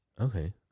Okay